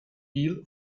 deal